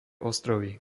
ostrovy